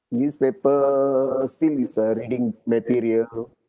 newspaper still is a reading material